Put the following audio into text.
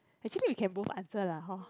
actually we can both answer lah hor